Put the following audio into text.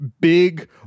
big